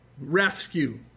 Rescue